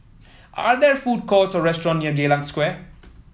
are there food courts or restaurant near Geylang Square